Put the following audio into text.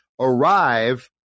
arrive